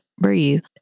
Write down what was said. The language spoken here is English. breathe